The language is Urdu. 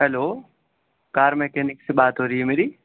ہیلو کار میکینک سے بات ہو رہی ہے میری